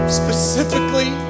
specifically